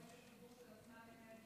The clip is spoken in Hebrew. בושה.